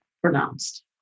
pronounced